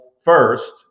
first